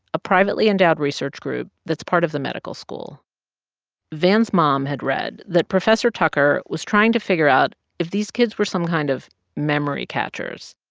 a privately endowed research group that's part of the medical school van's mom had read that professor tucker was trying to figure out if these kids were some kind of memory catchers.